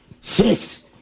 six